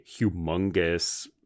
humongous